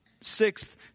Sixth